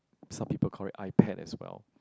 some people call it iPad as well